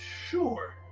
sure